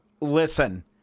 listen